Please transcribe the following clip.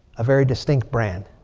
a very distinct brand.